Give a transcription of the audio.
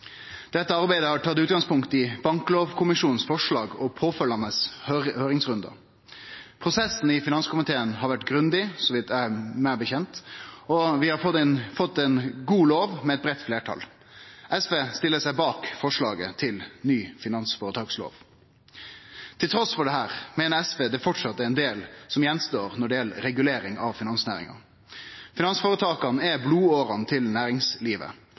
Dette arbeidet har tatt utgangspunkt i forslaget frå Banklovkommisjonen og påfølgjande høyringsrundar. Prosessen i finanskomiteen har vore grundig, så vidt eg veit. Vi har fått ein god lov, med eit breitt fleirtal. SV stiller seg bak forslaget til ny finansføretakslov. Trass i dette meiner SV det framleis er ein del som står att når det gjeld regulering av finansnæringa. Finansføretaka er blodårene til næringslivet.